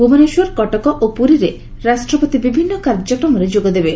ଭୁବନେଶ୍ୱର କଟକ ଓ ପୁରୀରେ ରାଷ୍ଟ୍ରପତି ବିଭିନ୍ କାର୍ଯ୍ୟକ୍ରମରେ ଯୋଗଦେବେ